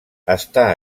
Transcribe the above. està